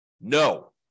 no